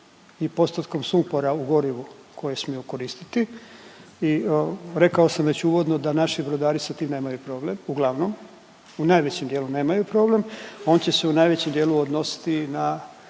i postotkom sumpora u gorivu koje smiju koristiti i rekao sam već uvodno da naši brodari sa tim nemaju problem, uglavnom. U najvećem dijelu nemaju problem. On će se u najvećem dijelu odnositi na